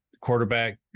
quarterback